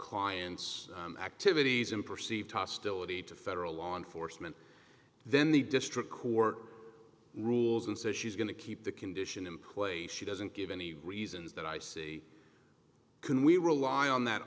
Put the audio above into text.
client's activities in perceived hostility to federal law enforcement then the district court rules and says she's going to keep the condition employed she doesn't give any reasons that i see can we rely on that